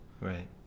Right